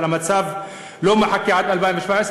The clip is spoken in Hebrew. אבל המצב לא מחכה עד 2017,